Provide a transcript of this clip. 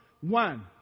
one